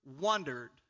wondered